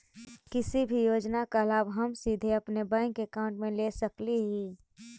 किसी भी योजना का लाभ हम सीधे अपने बैंक अकाउंट में ले सकली ही?